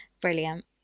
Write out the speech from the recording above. Brilliant